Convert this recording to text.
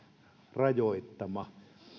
rajoittama